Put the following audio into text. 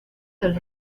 del